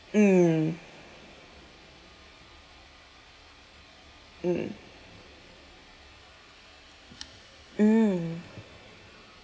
mm mm mm